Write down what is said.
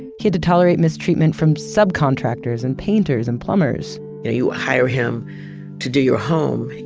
he had to tolerate mistreatment from subcontractors and painters and plumbers you know you hire him to do your home,